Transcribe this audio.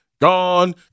gone